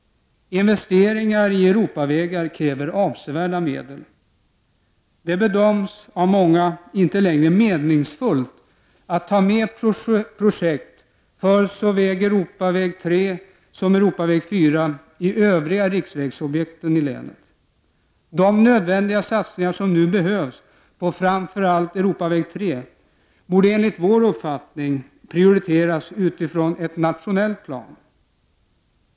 Investeringar i Europavägar kräver avsevärda medel. Det bedöms av många inte längre meningsfullt att ta med projekt för såväl E 3 som E 4 i övriga riksvägsobjekt i länet. De nödvändiga satsningar som nu behöver göras på framför allt E 3 borde enligt vår uppfattning prioriteras på nationellt plan.